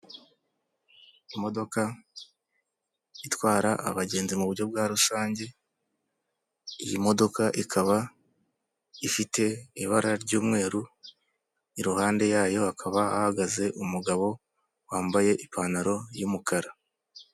Imodoka itwara abagenzi mu buryo bwa rusange. Iyi modoka ikaba ifite ibara ry'umweru, iruhande yayo hakaba hahagaze umugabo wambaye ipantaro y'umukara.